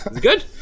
Good